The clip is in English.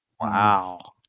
Wow